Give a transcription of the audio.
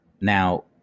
Now